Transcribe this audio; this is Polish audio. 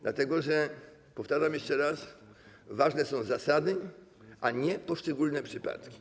Dlatego że - powtarzam jeszcze raz - ważne są zasady, a nie poszczególne przypadki.